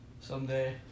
someday